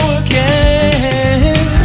again